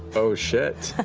oh shit.